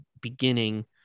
beginning